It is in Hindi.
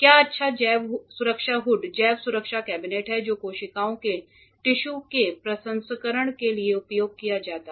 क्या अच्छा जैव सुरक्षा हुड जैव सुरक्षा कैबिनेट है जो कोशिकाओं के टिश्यू के प्रसंस्करण के लिए उपयोग किया जाता है